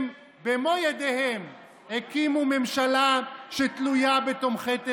הם, במו ידיהם, הקימו ממשלה שתלויה בתומכי טרור.